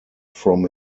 from